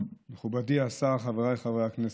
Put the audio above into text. מכובדי השר, חבריי חברי הכנסת,